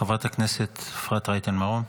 חברת הכנסת אפרת רייטן מרום.